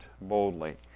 boldly